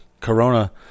corona